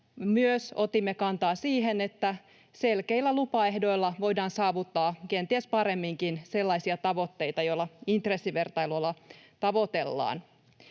mutta otimme kantaa myös siihen, että selkeillä lupaehdoilla voidaan saavuttaa kenties paremminkin sellaisia tavoitteita, joita intressivertailulla tavoitellaan.